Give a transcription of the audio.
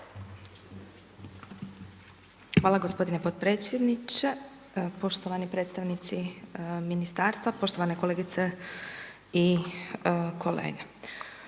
Hvala g. potpredsjedniče, poštovani predstavnici ministarstva, poštovane kolegice i kolege.